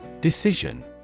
Decision